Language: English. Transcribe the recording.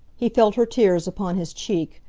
he felt her tears upon his cheek,